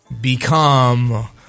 become